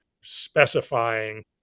specifying